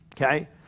okay